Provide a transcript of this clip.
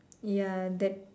ya that